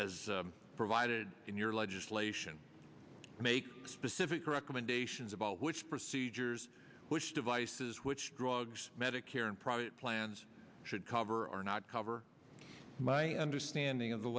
as provided in your legislation make specific recommendations about which procedures which devices which drugs medicare and private plans should cover or not cover my understanding of the